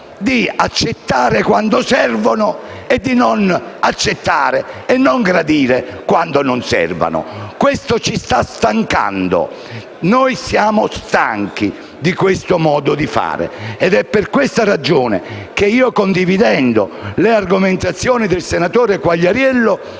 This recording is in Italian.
di accettare quando servono e di non accettare e non gradire quando non servono. Questo ci sta stancando, siamo stanchi di questo modo di fare. È per questa ragione che, condividendo le argomentazioni del senatore Quagliariello,